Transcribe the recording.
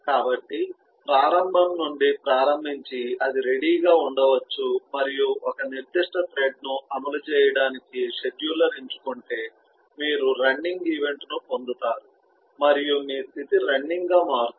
కాబట్టి ప్రారంభం నుండి ప్రారంభించి అది రెడీ గా ఉండవచ్చు మరియు ఒక నిర్దిష్ట థ్రెడ్ను అమలు చేయడానికి షెడ్యూలర్ ఎంచుకుంటే మీరు రన్నింగ్ ఈవెంట్ను పొందుతారు మరియు మీ స్థితి రన్నింగ్ గా మారుతుంది